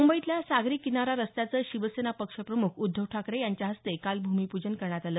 मुंबईतल्या सागरी किनारा रस्त्याचं शिवसेना पक्षप्रमुख उद्धव ठाकरे यांच्या हस्ते काल भूमिपूजन करण्यात आलं